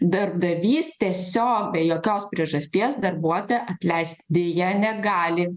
darbdavys tiesiog be jokios priežasties darbuotoją atleist deja negali